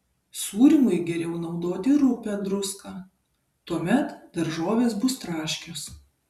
sūrymui geriau naudoti rupią druską tuomet daržovės bus traškios